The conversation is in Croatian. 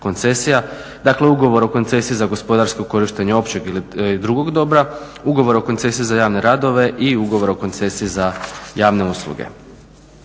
koncesija: dakle ugovor o koncesiji za gospodarsko korištenje općeg ili drugog dobra, ugovor o koncesiji za javne radove i ugovor o koncesiji za javne usluge.